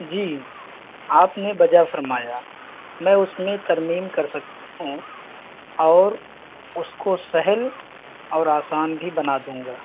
جی آپ نے بجا فرمایا میں اس میں ترمیم کر سکتا ہوں اور اس کو سہل اور آسان بھی بنا دوں گا